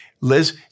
Liz